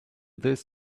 this